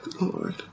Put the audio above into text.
lord